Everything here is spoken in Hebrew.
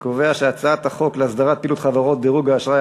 ההצעה להעביר את הצעת חוק להסדרת פעילות חברות דירוג האשראי,